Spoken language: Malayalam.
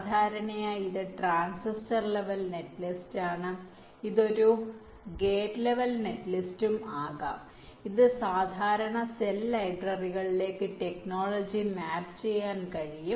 സാധാരണയായി ഇത് ട്രാൻസിറ്റർ ലെവൽ നെറ്റ്ലിസ്റ്റാണ് ഇത് ഒരു ഗെറ്റ് ലെവൽ നെറ്റ്ലിസ്റ്റും ആകാം ഇത് സാധാരണ സെൽ ലൈബ്രറികളിലേക്ക് ടെക്നോളജി മാപ്പ് ചെയ്യാൻ കഴിയും